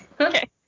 Okay